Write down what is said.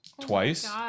Twice